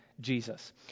Jesus